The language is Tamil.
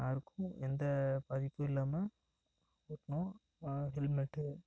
யாருக்கும் எந்த பாதிப்பும் இல்லாமல் ஓட்டணும் ஹெல்மெட்டு